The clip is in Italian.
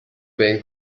ben